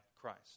Christ